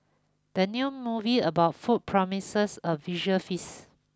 the new movie about food promises a visual feast